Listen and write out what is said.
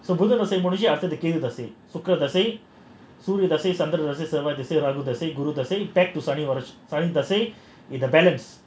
so Budhan திசை முடிஞ்சி அடுத்தது கேது திசை சுக்ர திசை சூர்ய திசை சந்திர திசை செவ்வாய் திசை ராகு திசை குரு திசை:budhan theesai mudinchi aduthathu kedhu theesai sukra theesai soorya theesai santhira theesai sevvai theesai raagu theesai kuru theesai balance